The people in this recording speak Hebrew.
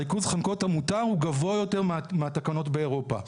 ריכוז החנקות המותר הוא גבוה יותר מהתקנות באירופה.